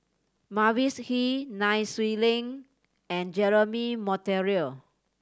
Mavis Hee Nai Swee Leng and Jeremy Monteiro